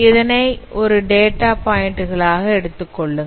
இதனை ஒரு டேட்டா பாயிண்டாக எடுத்துக்கொள்ளுங்கள்